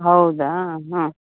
ಹೌದಾ ಹಾಂ